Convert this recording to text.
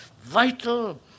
vital